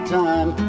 time